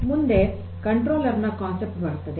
ಮುಂದೆ ನಿಯಂತ್ರಕನ ಪರಿಕಲ್ಪನೆಯು ಬರುತ್ತದೆ